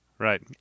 Right